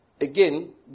again